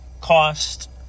cost